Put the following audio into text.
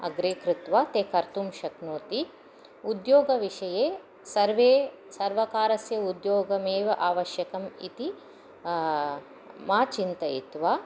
अग्रे कृत्वा ते कर्तुं शक्नोति उद्योगविषये सर्वे सर्वकारस्य उद्योगमेव आवश्यकम् इति मा चिन्तयित्वा